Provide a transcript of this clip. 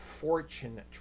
fortune